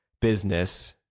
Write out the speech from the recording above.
business